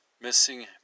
missing